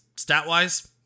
Stat-wise